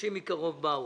חדשים מקרוב באו.